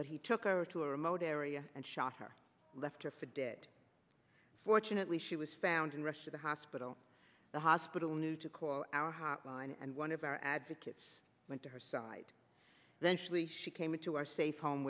but he took over to a remote area and shot her left her for dead fortunately she was found in russia the hospital the hospital knew to call our hotline and one of our advocates went to her side then surely she came into our safe home